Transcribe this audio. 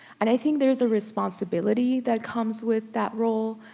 and i think there's a responsibility that comes with that role